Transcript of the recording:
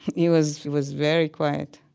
he was he was very quiet.